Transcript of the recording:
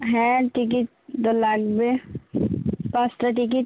হ্যাঁ টিকিট তো লাগবে পাঁচটা টিকিট